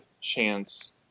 chance